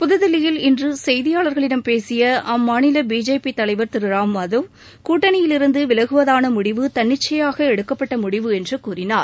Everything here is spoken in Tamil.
புதுதில்லியில் இன்று செய்தியாளர்களிடம் பேசிய அம்மாநில பிஜேபி தலைவர் திரு ராம் மாதவ் கூட்டணியிலிருந்து விலகுவதான முடிவு தன்னிச்சையாக எடுக்கப்பட்ட முடிவு என்று கூறினார்